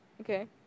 okay